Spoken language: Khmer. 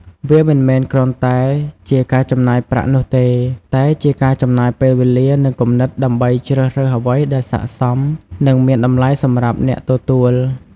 វាមិនមែនគ្រាន់តែជាការចំណាយប្រាក់នោះទេ តែជាការចំណាយពេលវេលា និងគំនិតដើម្បីជ្រើសរើសអ្វីដែលស័ក្តិសម និងមានតម្លៃសម្រាប់អ្នកទទួល។